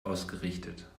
ausgerichtet